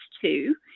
two